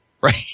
right